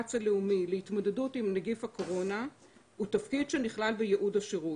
במאמץ הלאומי להתמודדות עם נגיף הקורונה הוא תפקיד שנכלל בייעוד השירות.